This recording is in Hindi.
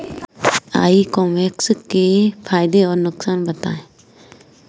ई कॉमर्स के फायदे और नुकसान बताएँ?